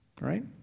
right